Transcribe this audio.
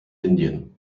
indien